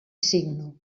signo